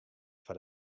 foar